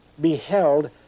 beheld